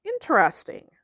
Interesting